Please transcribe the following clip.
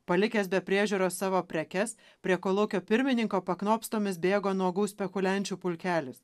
palikęs be priežiūros savo prekes prie kolūkio pirmininko paknopstomis bėgo nuogų spekuliančių pulkelis